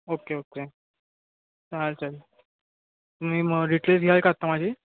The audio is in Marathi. ओक्के ओक्के चालेल चालेल तुम्ही मग डिटेल्स घ्याल का आत्ता माझी